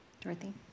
Dorothy